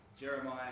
Jeremiah